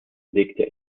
legte